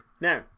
Now